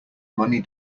money